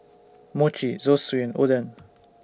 Mochi Zosui and Oden